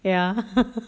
ya